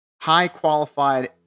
high-qualified